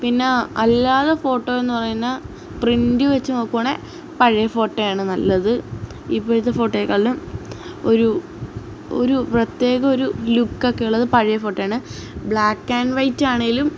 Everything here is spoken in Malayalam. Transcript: പിന്നെ അല്ലാതെ ഫോട്ടോ എന്നുപറയുന്നെ പ്രിൻറ്റ് വെച്ച് നോക്കുവാണെങ്കില് പഴയ ഫോട്ടോയാണ് നല്ലത് ഇപ്പൊഴത്തെ ഫോട്ടോയെക്കാളിലും ഒരു ഒരു പ്രത്യേക ഒരു ലുക്കൊക്കെയുള്ളത് പഴയ ഫോട്ടോയാണ് ബ്ലാക്കാൻവൈറ്റാണേലും